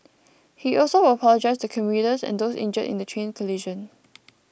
he also apologised to commuters and those injured in the train collision